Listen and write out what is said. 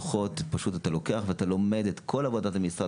דוחות ודרך הדוחות האלה לפעמים אתה לומד את כל עבודת המשרד.